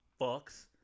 fucks